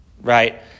right